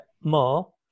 more